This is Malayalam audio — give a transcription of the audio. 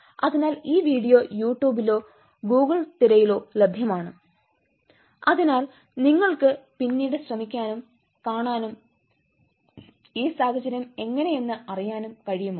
അതിനാൽ ഈ വീഡിയോ യൂ ട്യൂബിലോ ഗൂഗിൾ തിരയലിലോ ലഭ്യമാണ് അതിനാൽ നിങ്ങൾക്ക് പിന്നീട് ശ്രമിക്കാനും കാണാനും ഈ സാഹചര്യം എങ്ങനെയെന്ന് അറിയാനും കഴിയുമോ